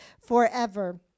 forever